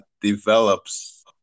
develops